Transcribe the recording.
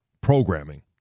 programming